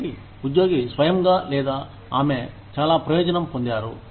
కాబట్టి ఉద్యోగి స్వయంగా లేదా ఆమె చాలా ప్రయోజనం పొందారు